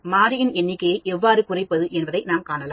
மாரியின் எண்ணிக்கையை எவ்வாறு குறைப்பது என்பதை காணலாம்